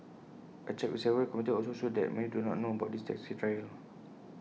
A check with several commuters also showed that many do not know about this taxi trial